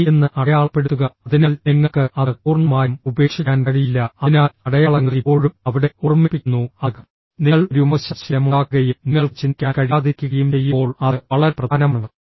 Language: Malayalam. ശരി എന്ന് അടയാളപ്പെടുത്തുക അതിനാൽ നിങ്ങൾക്ക് അത് പൂർണ്ണമായും ഉപേക്ഷിക്കാൻ കഴിയില്ല അതിനാൽ അടയാളങ്ങൾ ഇപ്പോഴും അവിടെ ഓർമ്മിപ്പിക്കുന്നു അത് നിങ്ങൾ ഒരു മോശം ശീലം ഉണ്ടാക്കുകയും നിങ്ങൾക്ക് ചിന്തിക്കാൻ കഴിയാതിരിക്കുകയും ചെയ്യുമ്പോൾ അത് വളരെ പ്രധാനമാണ്